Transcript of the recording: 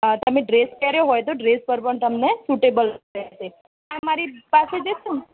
અઅ તમે ડ્રેસ પહેર્યો હોય તો ડ્રેસ પર પણ તમને સુટેબલ રહેશે આ મારી પાસે જે છે ને